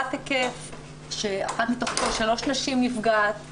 היקף שאחת מתוך כל שלוש נשים נפגעת,